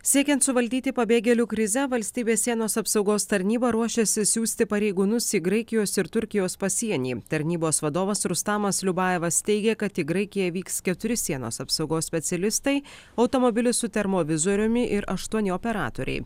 siekiant suvaldyti pabėgėlių krizę valstybės sienos apsaugos tarnyba ruošėsi siųsti pareigūnus į graikijos ir turkijos pasienį tarnybos vadovas rustamas liubavas teigia kad į graikiją vyks keturi sienos apsaugos specialistai automobilissu termovizoriumi ir aštuoni operatoriai